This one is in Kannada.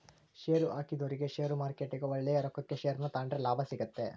ಷೇರುಹಾಕಿದೊರಿಗೆ ಷೇರುಮಾರುಕಟ್ಟೆಗ ಒಳ್ಳೆಯ ರೊಕ್ಕಕ ಷೇರನ್ನ ತಾಂಡ್ರೆ ಲಾಭ ಸಿಗ್ತತೆ